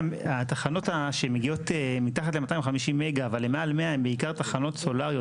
התחנות שמגיעות מתחת ל-250 מגה אבל הן מעל 100 הן בעיקר תחנות סולאריות.